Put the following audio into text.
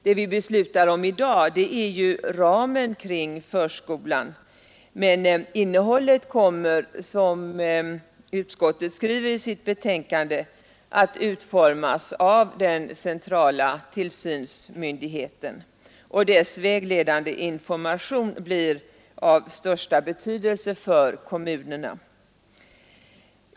Det vi beslutar om i dag är ramen kring förskolan, men innehållet kommer, som utskottet skriver i sitt betänkande, att utformas av den centrala tillsynsmyndigheten. Dess vägledande information blir av största betydelse för kommunerna.